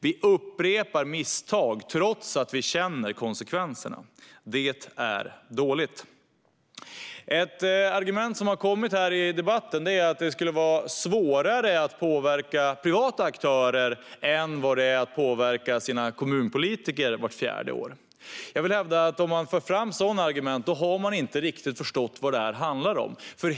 Vi upprepar misstag trots att vi känner konsekvenserna. Det är dåligt. Ett argument som har kommit i debatten är att det skulle vara svårare att påverka privata aktörer än vad det är att påverka sina kommunpolitiker vart fjärde år. Jag vill hävda att om man för fram sådana argument har man inte riktigt förstått vad det här handlar om.